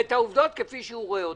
ואת העובדות כפי שהוא רואה אותן.